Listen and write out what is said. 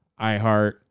iheart